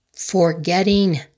forgetting